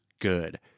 good